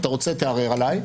אתה רוצה תערער עליי,